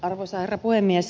arvoisa herra puhemies